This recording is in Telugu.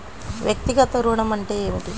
వ్యక్తిగత ఋణం అంటే ఏమిటి?